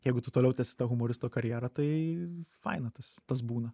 jeigu tu toliau tęsi tą humoristo karjerą tai faina tas tas būna